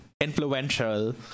influential